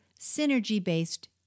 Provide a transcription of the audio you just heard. synergy-based